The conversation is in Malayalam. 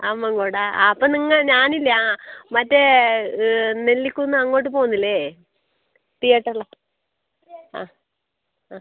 അമ്മൻകൊടോ ആ അപ്പം നിങ്ങൾ ഞാനില്ലേ ആ മറ്റേ നെല്ലിക്കുന്ന് അങ്ങോട്ട് പോവുന്നില്ലേ തീയേറ്ററിൾ ആ ആ